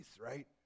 right